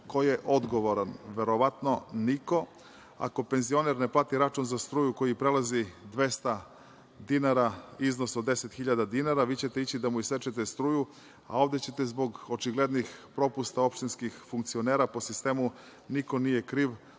Ko je odgovoran? Verovatno niko. Ako penzioner ne plati račun za struku koji prelazi 200 dinara, iznos od 10.000 dinara, vi ćete ići da mu isečete struju, a ovde ćete zbog očiglednih propusta opštinskih funkcionera, po sistemu niko nije kriv,